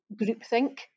groupthink